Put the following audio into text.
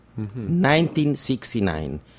1969